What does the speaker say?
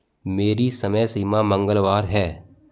मेरी समय सीमा मंगलवार है